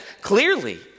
clearly